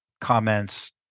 comments